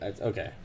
okay